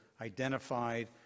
identified